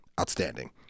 outstanding